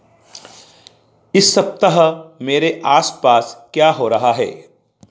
इस सप्ताह मेरे आस पास क्या हो रहा है